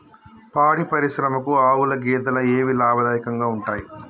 పాడి పరిశ్రమకు ఆవుల, గేదెల ఏవి లాభదాయకంగా ఉంటయ్?